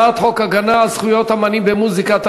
הצעת חוק הגנה על זכויות אמנים במוזיקה,